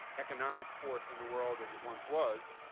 economic force in the world as it once was,